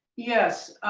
yes,